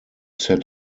set